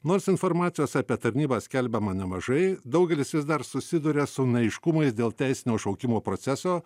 nors informacijos apie tarnybą skelbiama nemažai daugelis vis dar susiduria su neaiškumais dėl teisinio šaukimo proceso